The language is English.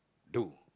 do